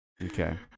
Okay